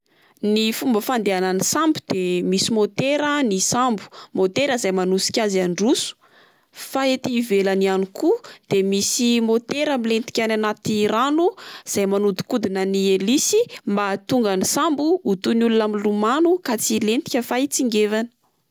Ny fomba fandehanan'ny sambo de misy motera ny sambo ,motera izay manosika azy androso, fa ety ivelany ihany koa de misy motera miletika any anaty rano izay manodikodina ny elisy mba ahatonga ny sambo ho toy ny olona milomany ka tsy hilentika fa hitsingevana.